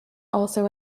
also